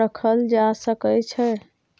रखल जा सकै छै?